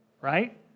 right